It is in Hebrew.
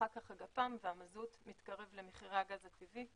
אחר כך הגפ"מ והמזוט מתקרב למחירי הגז הטבעי,